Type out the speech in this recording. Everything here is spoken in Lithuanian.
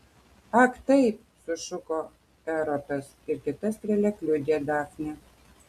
ak taip sušuko erotas ir kita strėle kliudė dafnę